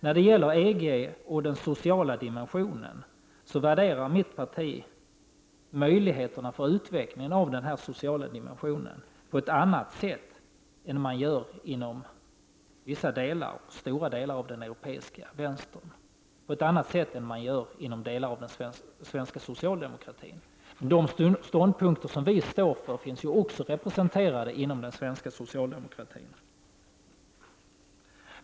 När det gäller EG och den sociala dimensionen värderar mitt parti möjligheterna för en utveckling av den sociala dimensionen på ett annat sätt än man gör inom stora delar av den europeiska vänstern och på ett annat sätt än man gör inom delar av den svenska socialdemokratin. De ståndpunkter vi står för finns också representerade inom den svenska socialdemokratin.